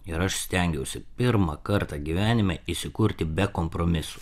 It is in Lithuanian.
ir aš stengiausi pirmą kartą gyvenime įsikurti be kompromisų